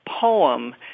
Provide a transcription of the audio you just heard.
poem